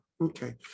okay